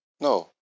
No